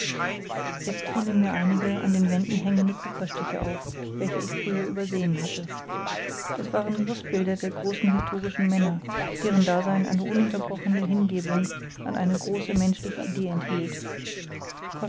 jetzt fielen mir einige an den wänden hängende kupferstiche auf welche ich früher übersehen hatte es waren brustbilder der großen historischen männer deren dasein eine ununterbrochene hingebung an eine große menschliche idee enthielt